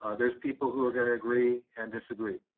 ah there's people who are gonna agree and disagree.